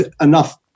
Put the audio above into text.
enough